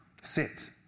sit